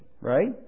right